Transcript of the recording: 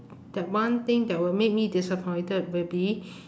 that one thing that will make me disappointed will be